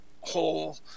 whole